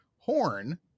Horn